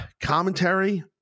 Commentary